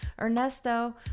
Ernesto